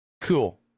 Cool